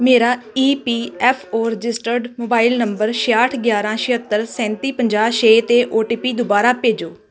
ਮੇਰਾ E P F O registered mobile number ਛਿਆਹਠ ਗਿਆਰ੍ਹਾਂ ਛਿਹੱਤਰ ਸੈਂਤੀ ਪੰਜਾਹ ਛੇ 'ਤੇ ਓ ਟੀ ਪੀ ਦੁਬਾਰਾ ਭੇਜੋ